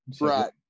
right